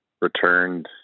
returned